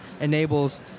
enables